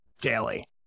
daily